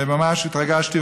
שממש התרגשתי,